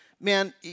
man